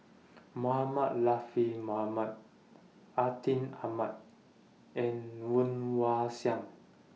Mohamed Mohamed Atin Amat and Woon Wah Siang